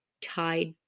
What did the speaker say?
tied